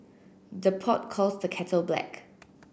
the pot calls the kettle black